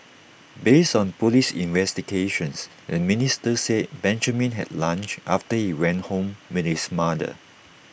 based on Police investigations the minister said Benjamin had lunch after he went home with his mother